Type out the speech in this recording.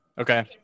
okay